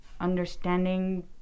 understanding